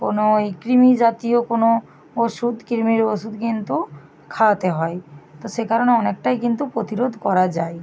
কোনও এই ক্রিমি জাতীয় কোনও ওষুধ ক্রিমির ওষুধ কিন্তু খাওয়াতে হয় তো সে কারণে অনেকটাই কিন্তু প্রতিরোধ করা যায়